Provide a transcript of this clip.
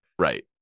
right